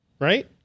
right